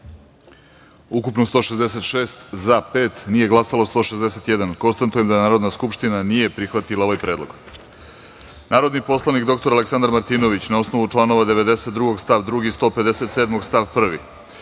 ukupno 166, za - pet, nije glasalo 161.Konstatujem da Narodna skupština nije prihvatila ovaj predlog. Narodni poslanik dr Aleksandar Martinović, na osnovu člana 92. stav 2. i člana 157. stav 1,